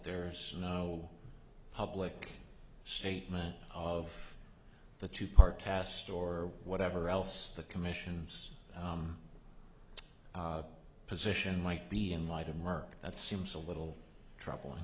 there's no public statement of the two part test or whatever else the commission's position might be in light of mark that seems a little troubling